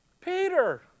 Peter